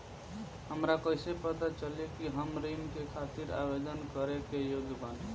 हमरा कइसे पता चली कि हम ऋण के खातिर आवेदन करे के योग्य बानी?